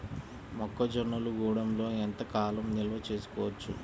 మొక్క జొన్నలు గూడంలో ఎంత కాలం నిల్వ చేసుకోవచ్చు?